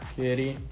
pity